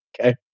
Okay